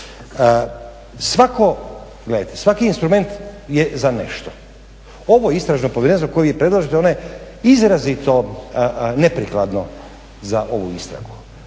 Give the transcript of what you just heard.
svaki instrument je za nešto, ovo istražno povjerenstvo koje vi predlažete ono je izrazito neprikladno za ovu istragu